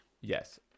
Yes